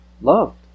loved